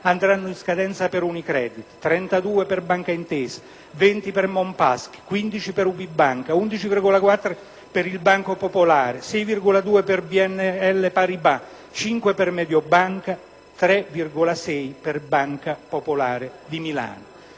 andranno in scadenza per Unicredit; 32 per Bancaintesa; 20 per Monpaschi, 15 miliardi per UBI Banca; 11,4 per il Banco Popolare; 6,2 per Bnl-Paribas; 5 per Mediobanca; 3,6 per Banca popolare di Milano.